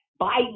Biden